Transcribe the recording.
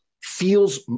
feels